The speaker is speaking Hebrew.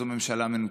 אז זו ממשלה מנותקת.